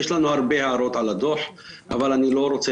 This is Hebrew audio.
יש לנו הרבה הערות על הדו"ח אבל אני לא רוצה